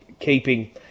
Keeping